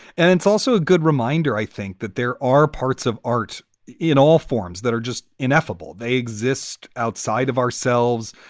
and it's also a good reminder, i think, that there are parts of art in all forms that are just ineffable. they exist outside of ourselves.